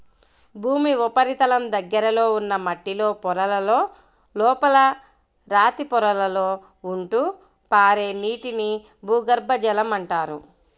భూమి ఉపరితలం దగ్గరలో ఉన్న మట్టిలో పొరలలో, లోపల రాతి పొరలలో ఉంటూ పారే నీటిని భూగర్భ జలం అంటారు